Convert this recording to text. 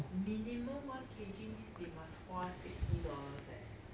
minimum one K_G means they must 花 sixty dollars leh